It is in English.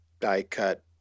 die-cut